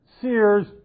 Sears